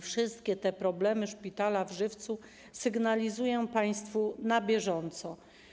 Wszystkie te problemy szpitala w Żywcu sygnalizuję państwu na bieżąco.